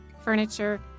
furniture